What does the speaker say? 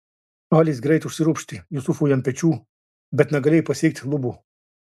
alis greit užsiropštė jusufui ant pečių bet negalėjo pasiekti lubų